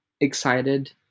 excited